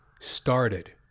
started